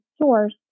source